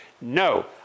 No